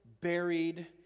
buried